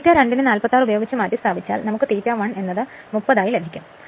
∅2 നെ 46 ഉപയോഗിച്ച് മാറ്റിസ്ഥാപിച്ചാൽ നമുക്ക് ∅1 എന്നത് 30 ആയി ലഭിക്കും